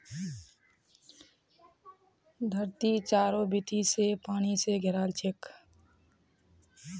धरती चारों बीती स पानी स घेराल छेक